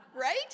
Right